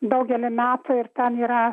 daugelį metų ir tam yra